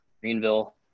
greenville